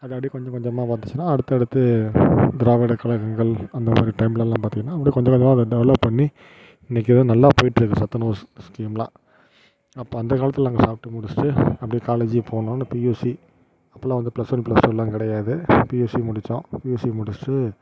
அது அப்படியே கொஞ்சம் கொஞ்சமாக வந்துச்சினா அடுத்து அடுத்து திராவிட கழகங்கள் அந்தமாதிரி டைம்லெலாம் பார்த்திங்கனா அப்படியே கொஞ்சம் கொஞ்சமாக டெவெலப் பண்ணி இன்றைக்கி வந்து நல்லா போயிட்டுருக்குது சத்துணவு ஸ்கீம்லாம் அப்போ அந்த காலத்தில் நாங்கள் சாப்பிட்டு முடித்திட்டு அப்படியே காலேஜ் போகணுன்னு பியுசி அப்போல்லாம் வந்து ப்ளஸ் ஒன் ப்ளஸ் டூலாம் கிடையாது பியுசி முடித்தோம் பியுசி முடித்திட்டு